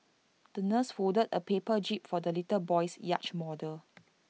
the nurse folded A paper jib for the little boy's yacht model